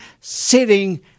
sitting